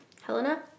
Helena